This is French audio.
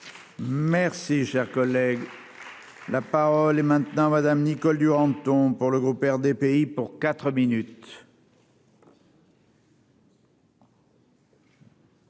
Merci, cher collègue là. Par les maintenant Madame Nicole Duranton pour le groupe RDPI pour 4 minutes.